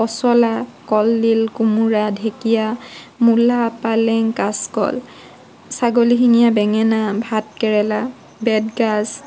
পচলা কলডিল কোমোৰা ঢেকীয়া মূলা পালেং কাচকল ছাগলীশিঙিয়া বেঙেনা ভাত কেৰেলা বেতগাজ